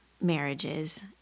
marriages